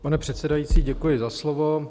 Pane předsedající, děkuji za slovo.